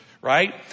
right